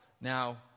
Now